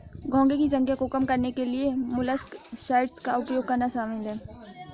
घोंघे की संख्या को कम करने के लिए मोलस्कसाइड्स का उपयोग करना शामिल है